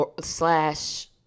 slash